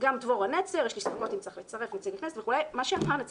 גם דבורה נצר אמרה: "יש לי ספקות אם צריך לצרף נציג כנסת",